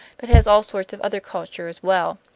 but has all sorts of other culture as well.